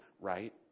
right